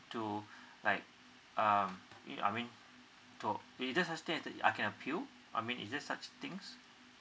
to like uh you know I mean to is there such thing I can appeal I mean is there such things